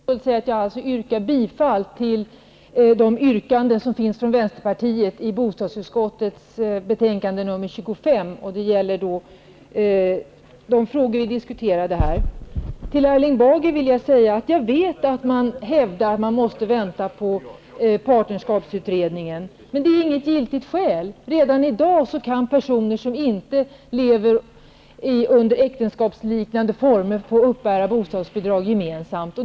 Herr talman! Först vill jag för tydlighets skull säga att jag yrkar bifall till de yrkanden från Vänsterpartiet som finns i bostadsutskottets betänkande 25. Det gäller de frågor som vi här har diskuterat. Till Erling Bager vill jag säga att jag vet att man hävdar att man måste vänta på partnerskapsutredningen. Men det är inget giltigt skäl. Redan i dag kan personer som inte lever under äktenskapsliknande former få uppbära bostadsbidrag gemensamt.